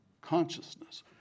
Consciousness